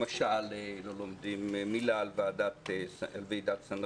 למשל, לא לומדים מלה על ועידת סן-רמו.